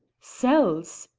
cells!